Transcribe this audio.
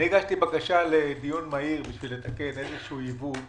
הגשתי בקשה לדיון מהיר כדי לתקן עיוות